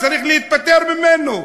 צריך להיפטר ממנו,